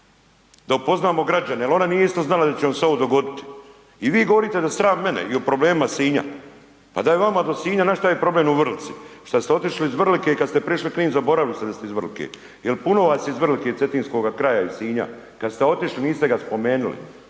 da upoznamo građane jer ona nije isto znala da će nam se ovo dogoditi. I vi govorite da sram mene i o problemima Sinja. Pa da je vama do Sinja … /ne razumije se/… problem u Vrlici, što ste otišli iz Vrlike i kada ste prešli Knin zaboravili ste da ste iz Vrlike jer puno vas je iz Vrlike i Cetinskoga kraja, iz Sinja kada ste otišli niste ga spomenuli.